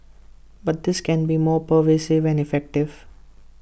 but this can be more pervasive and effective